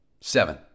Seven